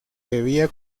debía